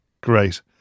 Great